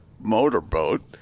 motorboat